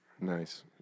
Nice